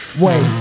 wait